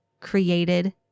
created